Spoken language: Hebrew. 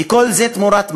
וכל זה תמורת מה?